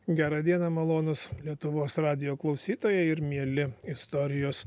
gera diena malonūs lietuvos radijo klausytojai ir mieli istorijos